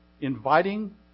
inviting